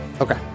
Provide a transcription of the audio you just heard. Okay